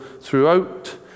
throughout